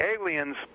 aliens